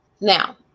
Now